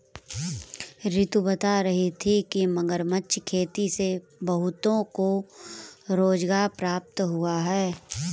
रितु बता रही थी कि मगरमच्छ खेती से बहुतों को रोजगार प्राप्त हुआ है